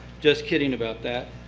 just kidding about that.